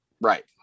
right